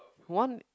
one